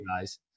guys